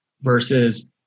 versus